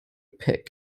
pit